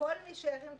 אני אמרתי